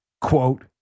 Quote